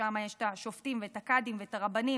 ששם יש את השופטים ואת הקאדים ואת הרבנים